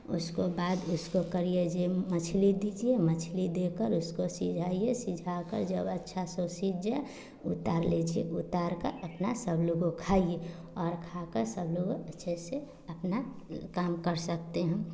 उसको बाद उसको करिए जो मछली दीजिए मछली देकर उसको सीझाइए सीझाकर जब अच्छे से सीज जाए उतार लीजिए उतार कर अपना सब लोगों खाइए और खाकर सब लोगों अच्छे से अपना काम कर सकते हैं